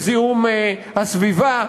מזיהום הסביבה,